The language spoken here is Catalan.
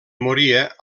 moria